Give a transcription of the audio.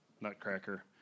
Nutcracker